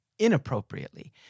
Inappropriately